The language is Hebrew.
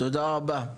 תודה רבה.